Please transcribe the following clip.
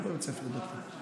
לא בבית ספר דתי,